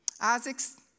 Isaacs